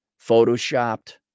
photoshopped